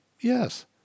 Yes